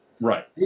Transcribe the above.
Right